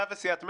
אתה וסיעת מרצ?